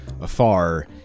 afar